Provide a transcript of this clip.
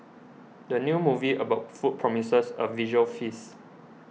the new movie about food promises a visual feast